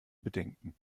bedenken